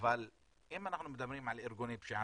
אבל אם אנחנו מדברים על ארגוני פשיעה